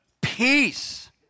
Peace